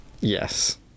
Yes